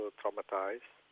traumatized